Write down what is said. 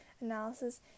analysis